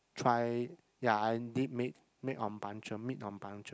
try ya I did meet meet on punctual meet on punctual